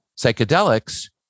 psychedelics